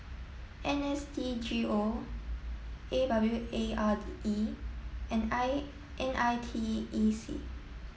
N S D G O A W A R E and I N I T E C